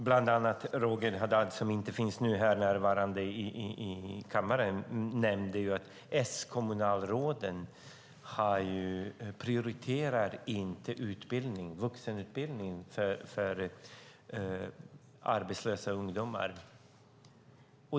Bland annat nämnde Roger Haddad, som nu inte är närvarande i kammaren, att S-kommunalråden inte prioriterar vuxenutbildning för arbetslösa ungdomar.